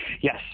Yes